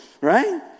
right